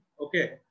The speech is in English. okay